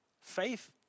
Faith